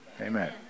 Amen